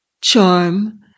charm